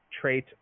trait